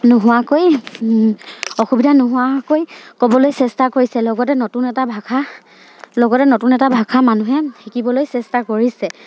নোহোৱাকৈ অসুবিধা নোহোৱাকৈ ক'বলৈ চেষ্টা কৰিছে লগতে নতুন এটা ভাষা লগতে নতুন এটা ভাষা মানুহে শিকিবলৈ চেষ্টা কৰিছে